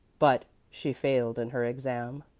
but she failed in her exam.